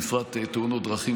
בפרט בתאונות דרכים,